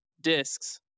discs